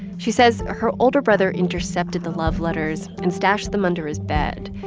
she says her older brother intercepted the love letters and stashed them under his bed.